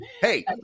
Hey